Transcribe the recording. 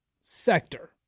sector